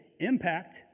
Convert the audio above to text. impact